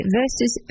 verses